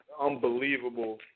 unbelievable